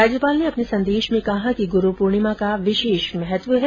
राज्यपाल ने अपने संदेश में कहा है कि गुरू पूर्णिमा का विशेष महत्व है